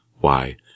Why